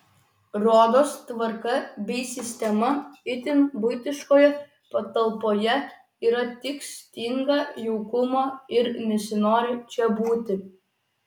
rodos tvarka bei sistema itin buitiškoje patalpoje yra tik stinga jaukumo ir nesinori čia būti